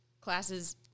classes